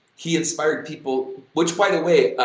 he inspired people which by the way,